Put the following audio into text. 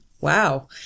Wow